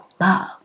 Love